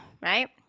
right